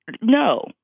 No